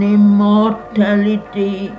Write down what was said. immortality